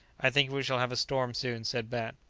i think we shall have a storm soon, said bat,